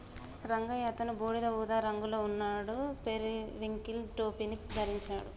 రంగయ్య అతను బూడిద ఊదా రంగులో ఉన్నాడు, పెరివింకిల్ టోపీని ధరించాడు